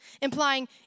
implying